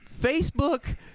Facebook